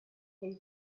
pay